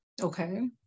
Okay